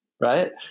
right